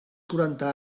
quaranta